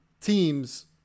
teams